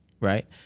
Right